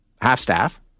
half-staff